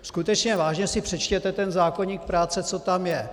Skutečně vážně si přečtěte ten zákoník práce, co tam je.